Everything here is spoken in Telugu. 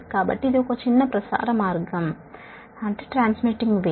కాబట్టి ఇది ఒక షార్ట్ ట్రాన్స్మిషన్ లైన్